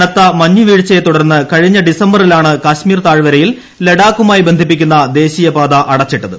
കനത്ത മഞ്ഞ് വീഴ്ചയെ തുടർന്ന് കഴിഞ്ഞ ഡിസംബറിലാണ് കാശ്മീർ താഴ്വരയിൽ ലഡാക്കുമായി ബന്ധിപ്പിക്കുന്ന ദേശീയപാത അടച്ചിട്ടത്